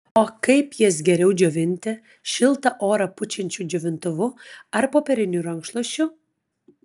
o kaip jas geriau džiovinti šiltą orą pučiančiu džiovintuvu ar popieriniu rankšluosčiu